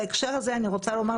בהקשר הזה אני רוצה לומר,